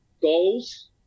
Goals